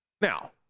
Now